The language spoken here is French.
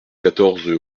quatorze